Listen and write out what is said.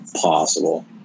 possible